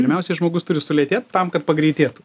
pirmiausiai žmogus turi sulėtėt tam kad pagreitėtų